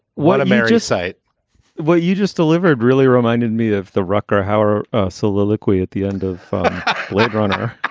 what a marriage site well, you just delivered really reminded me of the rucker hower soliloquy at the end of bladerunner.